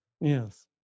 Yes